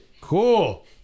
cool